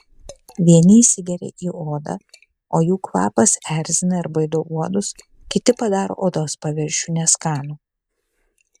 vieni įsigeria į odą o jų kvapas erzina ir baido uodus kiti padaro odos paviršių neskanų